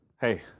hey